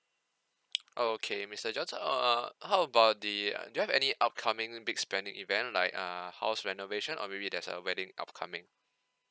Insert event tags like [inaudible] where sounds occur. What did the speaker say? [noise] okay mister john so uh how about the uh do you have any upcoming big spending event like err house renovation or maybe there's a wedding upcoming